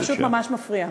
זה פשוט ממש מפריע.